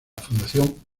fundación